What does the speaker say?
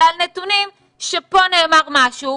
אלה על נתונים שפה נאמר משהו,